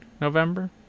November